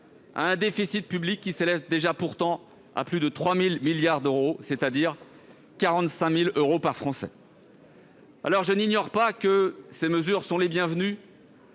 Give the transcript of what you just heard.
à un déficit public qui s'élève déjà pourtant à plus de 3 000 milliards d'euros, c'est-à-dire 45 000 euros par Français. Je n'ignore pas que ces mesures sont bienvenues